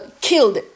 killed